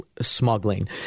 smuggling